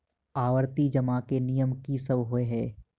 आवर्ती जमा केँ नियम की सब होइ है?